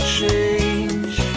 change